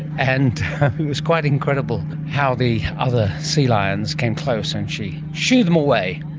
and it was quite incredible how the other sea lions came close and she shooed them away.